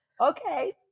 Okay